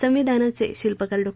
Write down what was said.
संविधानाचे शिल्पकार डॉ